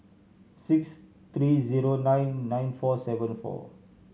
six three zero nine nine four seven four